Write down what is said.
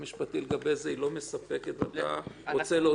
לגבי זה אינה מספקת ואתה רוצה להוסיף.